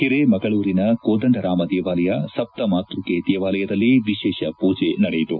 ಹಿರೇಮಗಳೂರಿನ ಕೋದಂಡ ರಾಮ ದೇವಾಲಯ ಸಪ್ತ ಮಾತೃಕೆ ದೇವಾಲಯದಲ್ಲಿ ವಿಶೇಷ ಪೂಜೆ ನಡೆಯಿತು